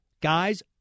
Guys